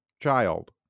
child